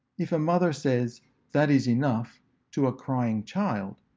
if a mother says that is enough to a crying child,